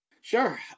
Sure